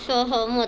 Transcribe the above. सहमत